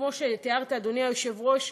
וכמו שתיארת, אדוני היושב-ראש,